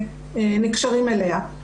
שנקשרים אליה.